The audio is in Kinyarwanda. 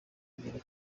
agira